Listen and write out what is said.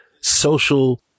social